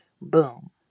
boom